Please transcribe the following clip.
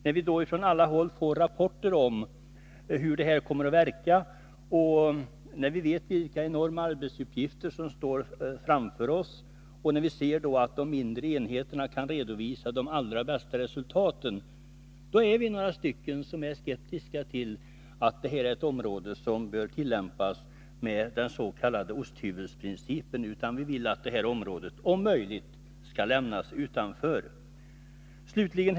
När vi från alla håll får rapport om hur det hela kommer att verka, när vi vet vilka enorma arbetsuppgifter som ligger framför oss och när vi ser att de mindre enheterna kan redovisa de allra bästa resultaten, är det några av oss som är skeptiska till att den s.k. osthyvelsprincipen bör tillämpas på detta område. Vi vill att det här området, om möjligt, skall lämnas utanför nedskärningarna.